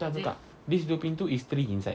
tak tak tak this dua pintu is three inside